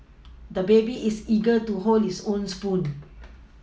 the baby is eager to hold his own spoon